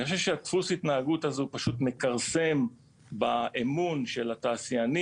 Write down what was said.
אני חושב שדפוס ההתנהגות הזה הוא פשוט מכרסם באמון של התעשיינים,